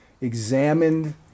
examined